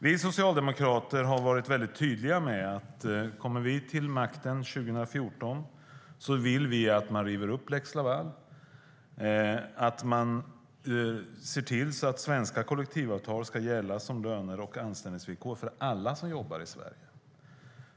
Vi socialdemokrater har varit tydliga med att vi, om vi kommer till makten 2014, vill att man river upp lex Laval och att man ser till att svenska kollektivavtal som löner och anställningsvillkor ska gälla för alla som jobbar i Sverige.